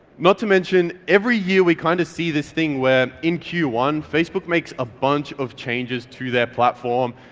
not to mention every year we kind of see this thing where in q one, facebook makes a bunch of changes to their platform,